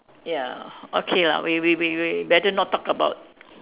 ya okay lah we we we we better not talk about